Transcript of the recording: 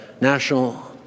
national